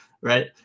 right